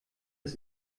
das